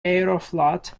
aeroflot